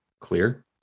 clear